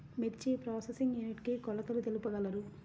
మిర్చి processing unit కి కొలతలు తెలుపగలరు?